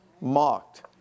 mocked